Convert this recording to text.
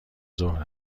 ظهر